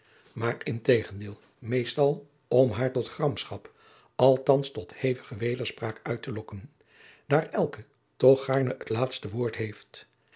maar integendeel meestal om haar tot gramschap althans tot hevige wederspraak uit te lokken daar elk toch gaarne het laatste woord heeft